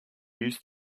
used